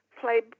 play